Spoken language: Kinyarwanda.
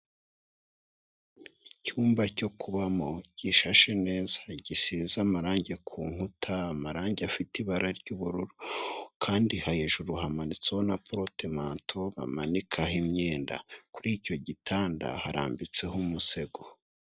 Icyumba cyo kubamo gishashe neza gisize amarangi ku nkuta, amarangi afite ibara ry'ubururu kandi hejuru hamanitsweho na porute manto bamanikaho imyenda, kuri icyo gitanda harambitseho umusego.